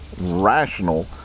rational